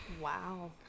Wow